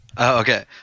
Okay